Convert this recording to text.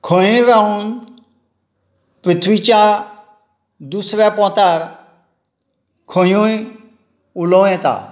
खंयीय रावून पृथ्वीच्या दुसऱ्या पोंतार खंयूय उलोवं येता